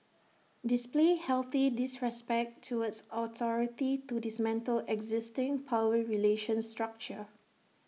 display healthy disrespect towards authority to dismantle existing power relations structure